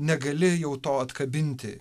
negali jau to atkabinti